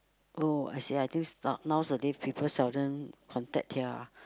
oh I see I think nowadays people seldom contact their